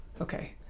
Okay